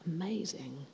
Amazing